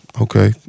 Okay